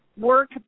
work